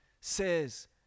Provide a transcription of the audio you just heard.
says